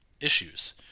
issues